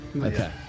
Okay